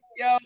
Yo